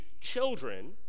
children